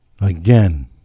Again